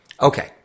Okay